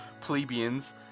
plebeians